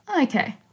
Okay